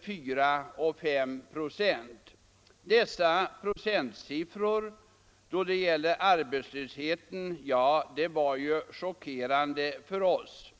4 och 5 96. Dessa procentsiffror då det gäller arbetslöshet var ju chockerande för oss.